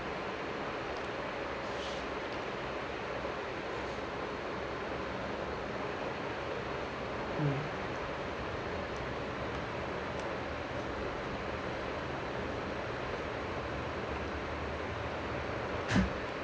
mm